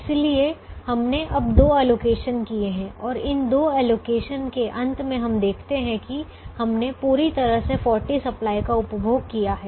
इसलिए हमने अब दो एलोकेशन किए हैं और इन दो एलोकेशन के अंत में हम देखते हैं कि हमने पूरी तरह से 40 सप्लाई का उपभोग किया है